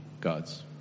God's